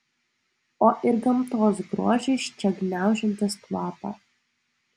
o ir gamtos grožis čia gniaužiantis kvapą